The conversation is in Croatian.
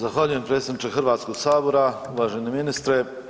Zahvaljujem predsjedniče Hrvatskog sabora, uvaženi ministre.